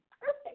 perfect